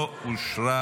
לא אושרה,